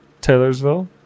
Taylorsville